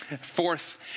Fourth